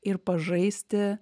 ir pažaisti